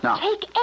Take